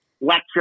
lecture